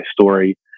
story